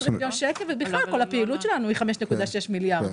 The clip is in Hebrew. עשרים מיליון שקלים ובכלל כל הפעילות שלנו היא 5.6 מיליארד שקלים.